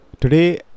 today